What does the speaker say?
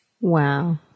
Wow